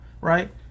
right